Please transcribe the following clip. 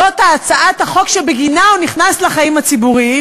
זאת הצעת החוק שבגינה הוא נכנס לחיים הציבוריים,